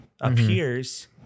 appears